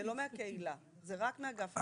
זה לא מהקהילה, זה רק מאגף הרווחה.